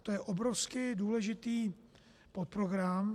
To je obrovsky důležitý podprogram.